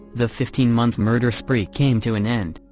the fifteen month murder spree came to an end,